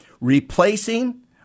replacing